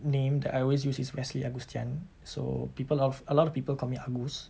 name that I always use is wesley agustian so people of a lot of people call me agus